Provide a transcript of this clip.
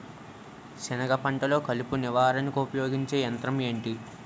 సెనగ పంటలో కలుపు నివారణకు ఉపయోగించే యంత్రం ఏంటి?